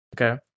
Okay